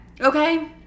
okay